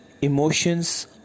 Emotions